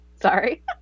Sorry